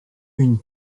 une